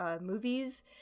movies